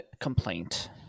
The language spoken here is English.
complaint